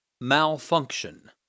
Malfunction